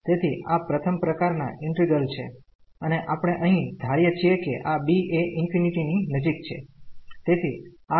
તેથી આ પ્રથમ પ્રકાર ના ઈન્ટિગ્રલ છે અને આપણે અહીં ધારીએ છીએ કે આ b એ ∞ ની નજીક છે